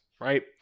Right